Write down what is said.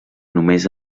només